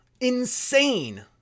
insane